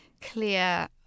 clear